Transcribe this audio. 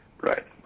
Right